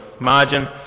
margin